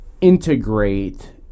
integrate